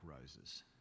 roses